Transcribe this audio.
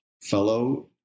fellow